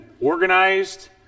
organized